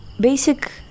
basic